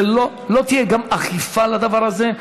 גם לא תהיה אכיפה של הדבר הזה.